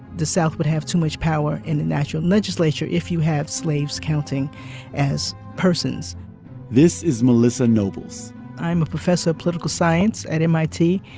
the south would have too much power in the national legislature if you have slaves counting as persons this is melissa nobles i'm a professor of political science at mit,